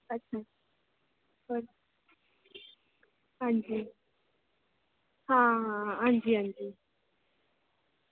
अच्छा अच्छा हां जी हां हां हां जी हां जी